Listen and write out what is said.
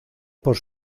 por